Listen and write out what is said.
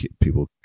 people